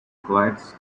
quite